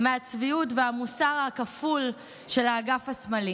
מהצביעות והמוסר הכפול של האגף השמאלי.